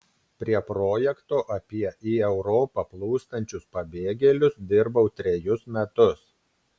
prie projekto apie į europą plūstančius pabėgėlius dirbau trejus metus